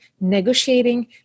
negotiating